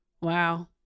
Wow